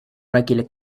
regular